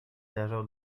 zajrzał